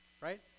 right